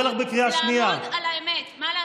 יש לי זכות לעמוד על האמת, מה לעשות?